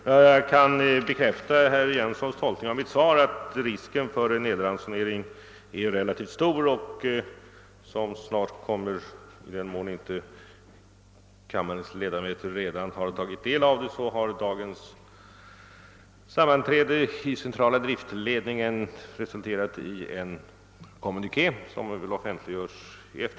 Herr talman! Jag kan bekräfta att herr Jönssons i Ingemarsgården tolkning av mitt svar är riktig; risken för elransonering är relativt stor. Dagens sammanträde i centrala driftsledningen har resulterat i en kommuniké om detta som offentliggöres i eftermiddag — kammarens ledamöter har kanske redan tagit del av den.